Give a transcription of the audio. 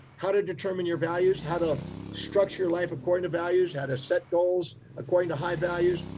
how to determine your values, how to structure your life. according to values, how to set goals according to high values,